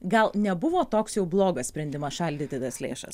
gal nebuvo toks jau blogas sprendimas šaldyti tas lėšas